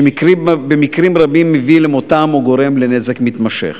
שבמקרים רבים מביא למותם או גורם לנזק מתמשך.